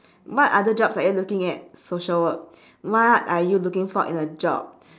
what other jobs are you looking at social work what are you looking for in a job